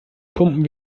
pumpen